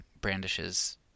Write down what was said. brandishes